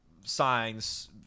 signs